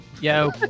Yo